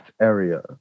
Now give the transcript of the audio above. area